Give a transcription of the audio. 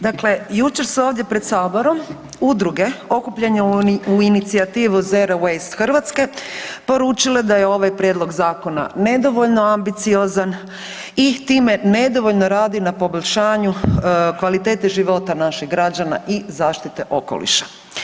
Dakle, jučer se ovdje pred saborom udruge okupljene u inicijativu „Zero Waste Hrvatske“ poručile da je ovaj prijedlog zakona nedovoljno ambiciozan i time nedovoljno radi na poboljšanju kvalitete života naših građana i zaštite okoliša.